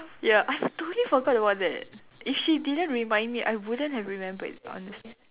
ya I totally forget about that if she didn't remind me I wouldn't have remembered honestly